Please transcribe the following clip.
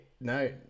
no